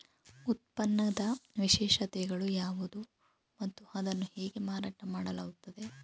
ಉತ್ಪನ್ನದ ವಿಶೇಷತೆಗಳು ಯಾವುವು ಮತ್ತು ಅದನ್ನು ಹೇಗೆ ಮಾರಾಟ ಮಾಡಲಾಗುತ್ತದೆ?